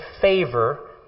favor